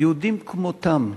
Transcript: יהודים כמותם,